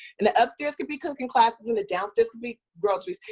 and the upstairs could be cooking classes and the downstairs could be groceries.